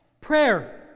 Prayer